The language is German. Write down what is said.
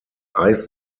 eis